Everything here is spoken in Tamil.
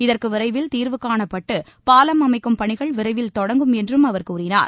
இதற்கு விரைவில் தீர்வு காணப்பட்டு பாலம் அமைக்கும் பணிகள் விரைவில் தொடங்கும் என்றும் அவர் கூறினார்